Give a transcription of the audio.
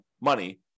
money